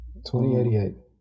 2088